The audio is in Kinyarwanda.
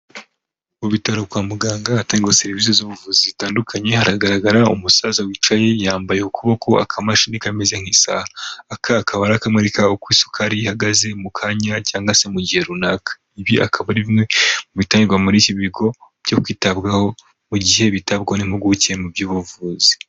Mu bitaro kwa muganga hatangirwa serivisi z'ubuvuzi zitandukanye, haragaragara umusaza wicaye yambaye k'ukuboko akamashini kameze nk'ikasaha, aka akaba ari akamwereka uko isukari rihagaze mu kanya cyangwa se mu gihe runaka. Ibi akaba ari bimwe mu bitangirwa muri iki bigo byo kwitabwaho mu gihe bitebwagwa n'impuguke mu by'ubuvuzi.